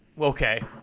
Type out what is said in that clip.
okay